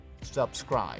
Subscribe